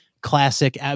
classic